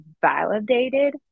validated